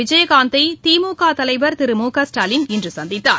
விஜயகாந்தை திமுக தலைவர் திரு மு க ஸ்டாலின் இன்று சந்தித்தார்